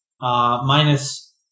minus